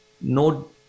No